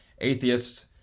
atheists